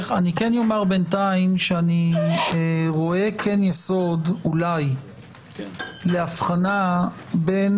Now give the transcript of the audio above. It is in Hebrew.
אני כן אומר בינתיים שאני כן רואה יסוד אולי לאבחנה בין